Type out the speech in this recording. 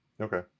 Okay